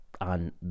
On